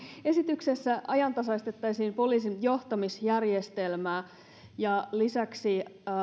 esityksessä ajantasaistettaisiin poliisin johtamisjärjestelmää ja lisäksi